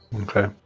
Okay